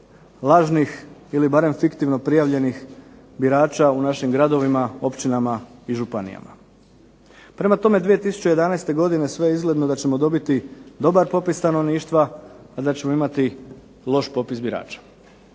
lažnih ili barem fiktivno prijavljenih birača u našim gradovima, općinama i županijama. Prema tome 2011. godine sve je izgledno da ćemo dobiti dobar popis stanovništva, a da ćemo imati loš popis birača.